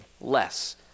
less